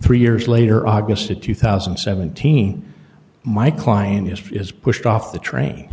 three years later august of two thousand and seventeen my client just is pushed off the train